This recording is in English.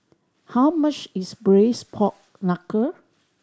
how much is Braised Pork Knuckle